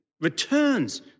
returns